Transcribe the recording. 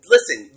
Listen